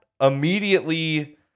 immediately